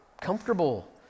comfortable